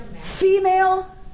female